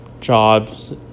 jobs